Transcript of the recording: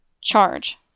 Charge